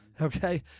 okay